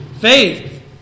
Faith